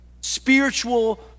spiritual